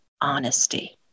honesty